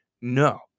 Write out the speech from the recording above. No